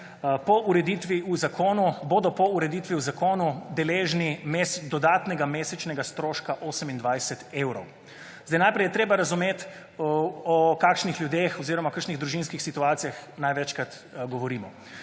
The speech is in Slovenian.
bodo po ureditvi v zakonu deležni dodatnega mesečnega stroška 28 evrov. zdaj, najprej je treba razumeti o kakšnih ljudeh oziroma kakšnih družinskih situacijah največkrat govorimo.